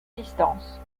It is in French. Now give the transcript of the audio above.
distance